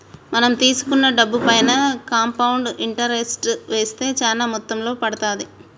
మనం తీసుకున్న డబ్బుపైన కాంపౌండ్ ఇంటరెస్ట్ వేస్తే చానా మొత్తంలో పడతాది